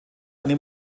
eine